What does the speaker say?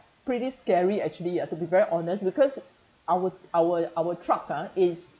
pretty scary actually ah to be very honest because our our our truck ah is